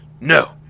No